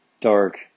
dark